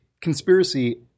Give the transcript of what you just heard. conspiracy